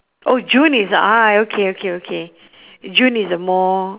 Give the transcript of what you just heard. oh june is ah okay okay okay june is a more